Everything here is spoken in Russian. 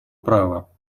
права